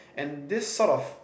and this sort of